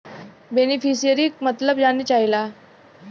बेनिफिसरीक मतलब जाने चाहीला?